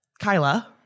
Kyla